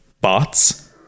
bots